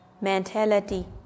mentality